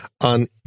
on